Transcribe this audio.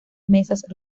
mesas